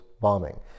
bombing